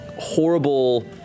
Horrible